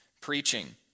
preaching